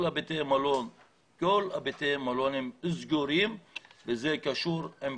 כל בתי המלון סגורים וכשהם סגורים,